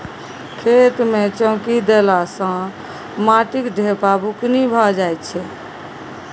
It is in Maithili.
खेत मे चौकी देला सँ माटिक ढेपा बुकनी भए जाइ छै